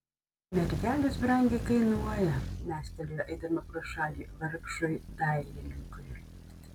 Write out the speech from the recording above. mergelės brangiai kainuoja mestelėjo eidama pro šalį vargšui dailininkui